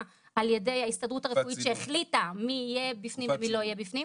על ידי ההסתדרות הרפואית שהחליטה מי יהיה בפנים ומי לא יהיה בפנים.